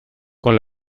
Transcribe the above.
con